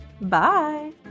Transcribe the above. Bye